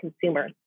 consumer